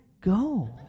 go